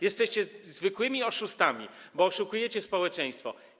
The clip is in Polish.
Jesteście zwykłymi oszustami, bo oszukujecie społeczeństwo.